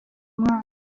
mwaka